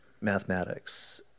mathematics